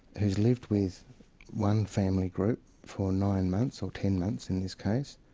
who's lived with one family group for nine months, or ten months in this case,